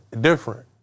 different